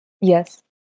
Yes